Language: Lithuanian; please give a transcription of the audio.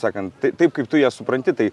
sakant taip kaip tu ją supranti tai